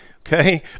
okay